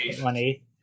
one-eighth